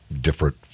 different